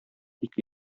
ике